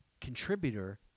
contributor